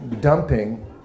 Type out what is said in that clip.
dumping